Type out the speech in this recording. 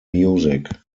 music